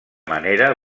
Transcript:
manera